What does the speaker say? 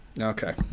Okay